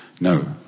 No